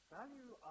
Value